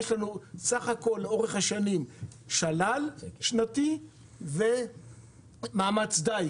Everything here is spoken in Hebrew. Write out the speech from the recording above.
יש לנו בסך הכול לאורך השנים שלל שנתי ומאמץ דיג.